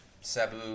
sabu